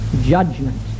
Judgment